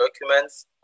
documents